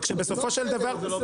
רק שבסופו של דבר --- זה לא בסדר,